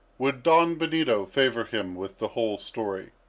would don benito favor him with the whole story.